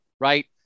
Right